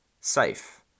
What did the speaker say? safe